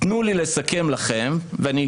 תנו לי לסכם לכם - וכן,